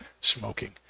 smoking